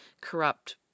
corrupt